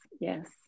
yes